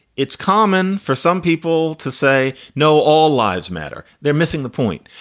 it's common for some people to say no. all lives matter. they're missing the point.